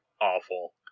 awful